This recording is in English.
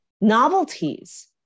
novelties